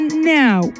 Now